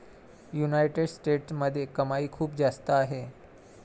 United स्टेट्समध्ये कमाई खूप जास्त आहे